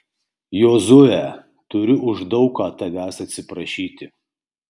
jozue turiu už daug ką tavęs atsiprašyti